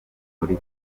muri